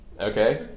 Okay